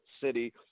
city